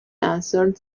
answered